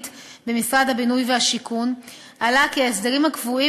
במשרד הבינוי והשיכון עלה כי ההסדרים הקבועים